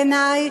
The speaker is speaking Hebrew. בעיני,